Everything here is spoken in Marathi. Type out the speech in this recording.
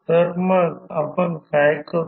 तर मग आपण काय करू